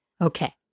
Okay